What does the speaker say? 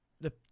the-